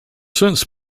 since